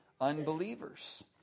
unbelievers